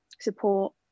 support